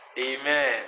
Amen